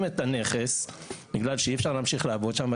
את הנכס בגלל שאי אפשר להמשיך לעבוד שם,